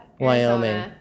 Wyoming